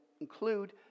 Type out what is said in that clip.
include